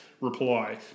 reply